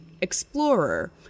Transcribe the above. explorer